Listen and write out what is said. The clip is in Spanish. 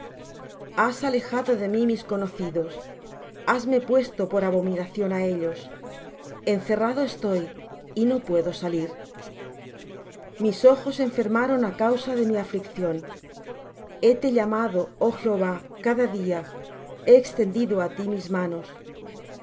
has alejado de mí mis conocidos hasme puesto por abominación á ellos encerrado estoy y no puedo salir mis ojos enfermaron á causa de mi aflicción hete llamado oh jehová cada día he extendido á ti mis manos